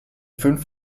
fünf